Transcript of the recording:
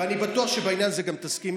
אז אני אגיד, לא, לא,